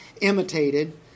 imitated